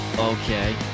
Okay